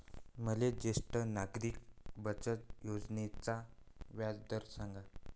मले ज्येष्ठ नागरिक बचत योजनेचा व्याजदर सांगा